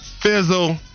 fizzle